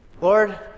Lord